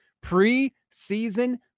Pre-season